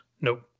Nope